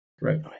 right